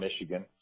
Michigan